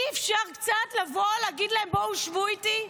אי-אפשר קצת לבוא ולהגיד להם: בואו, שבו איתי?